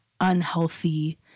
unhealthy